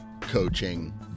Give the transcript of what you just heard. coaching